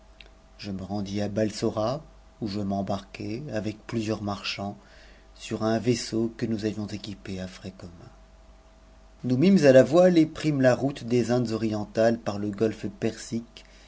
je me rendis à balsora i où je m'embarquai avec plusieurs marchands sur un vaisseau que nous avions équipé à frais communs nous mimes à la voile et prîmes la route des indes orientales par le golfe persique